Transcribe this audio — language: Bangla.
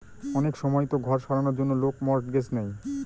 অনেক সময়তো ঘর সারানোর জন্য লোক মর্টগেজ নেয়